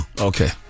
okay